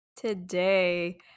Today